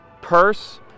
purse